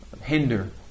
Hinder